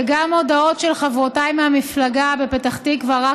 וגם מודעות של חברותיי מהמפלגה בפתח תקווה,